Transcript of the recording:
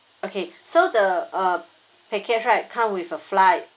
okay so the uh package right come with a flight